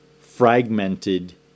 fragmented